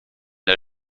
der